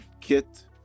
Kit